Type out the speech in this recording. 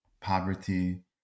poverty